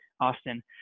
Austin